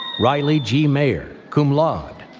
ryley g. mayer, cum laude.